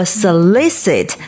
solicit